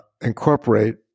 incorporate